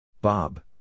Bob